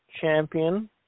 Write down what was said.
Champion